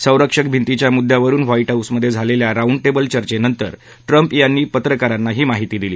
संरक्षक भिंतीच्या मुद्यावरून व्हाईट हाऊसमध्ये झालेल्या राऊंड टेबल चर्चेनतर ट्रम्प यांनी पत्रकारांना ही माहिती दिली